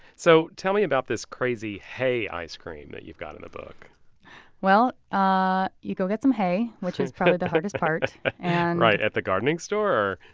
so tell me about this crazy hay ice cream that you've got in the book well, ah you go get some hay, which is probably the hardest part and at the gardening store?